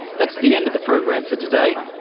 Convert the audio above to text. that's the end of the program for today.